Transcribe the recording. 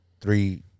three